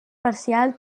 parcial